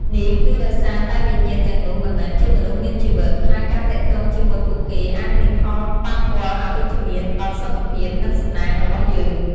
នេះគឺដោយសារតែវិញ្ញាណទាំងនោះមិនមែនជាមនុស្សមានជីវិត ហើយការទាក់ទងជាមួយពួកគេអាចមានផលប៉ះពាល់អវិជ្ជមានដល់សុខភាព និងសំណាងរបស់យើង ។